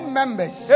members